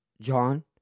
John